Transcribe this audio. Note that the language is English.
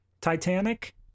titanic